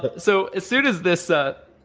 but so as soon as this ah